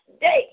day